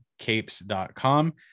capes.com